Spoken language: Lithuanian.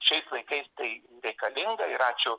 šiais laikais tai reikalinga ir ačiū